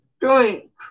drink